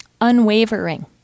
unwavering